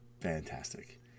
Fantastic